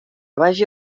vaja